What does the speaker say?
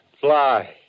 fly